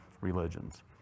religions